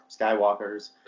Skywalkers